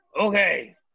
Okay